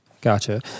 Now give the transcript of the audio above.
Gotcha